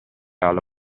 alla